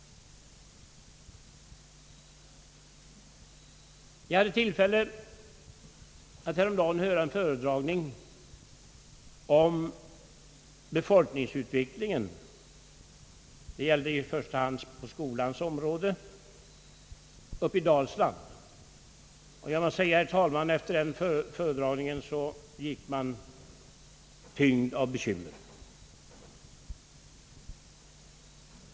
Jag hade tillfälle att häromdagen höra en föredragning om befolkningsutvecklingen inom skolområdet i Dalsland. Jag måste säga, herr talman, att efter den föredragningen gick man tyngd av bekymmer.